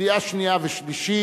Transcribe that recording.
קריאה שנייה ושלישית.